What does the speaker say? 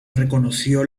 reconoció